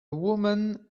woman